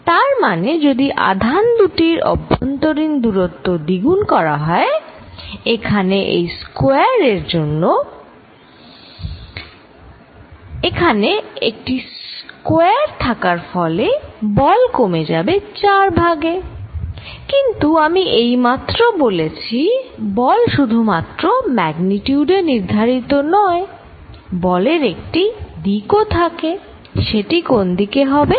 তার মানে যদি আধান দুটির অভ্যন্তরীণ দূরত্ব দ্বিগুণ করা হয় এখানে এই স্কয়ার এর জন্য এখানে একটি স্কয়ার থাকার ফলে বল কমে যাবে চার ভাগে কিন্তু আমি এইমাত্র বলেছি বল শুধুমাত্র ম্যাগনিচিউড এ নির্ধারিত নয় বলের একটি দিকও থাকে সেটি কোন দিক হবে